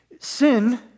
Sin